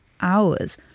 hours